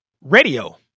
radio